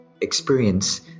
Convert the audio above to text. experience